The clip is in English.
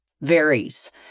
varies